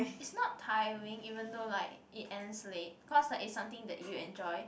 it's not tiring even though like it ends late cause like it's something that you enjoy